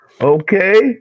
Okay